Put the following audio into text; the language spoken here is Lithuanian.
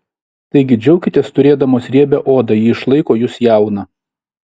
taigi džiaukitės turėdamos riebią odą ji išlaiko jus jauną